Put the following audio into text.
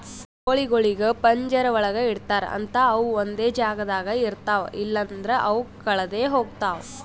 ಕೋಳಿಗೊಳಿಗ್ ಪಂಜರ ಒಳಗ್ ಇಡ್ತಾರ್ ಅಂತ ಅವು ಒಂದೆ ಜಾಗದಾಗ ಇರ್ತಾವ ಇಲ್ಲಂದ್ರ ಅವು ಕಳದೆ ಹೋಗ್ತಾವ